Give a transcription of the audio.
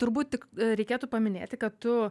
turbūt tik reikėtų paminėti kad tu